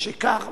משכך,